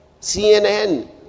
cnn